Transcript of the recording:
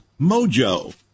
mojo